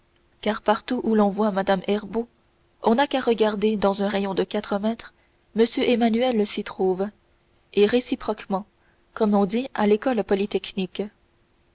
car partout où l'on voit mme herbault on n'a qu'à regarder dans un rayon de quatre mètres m emmanuel s'y trouve et réciproquement comme on dit à l'école polytechnique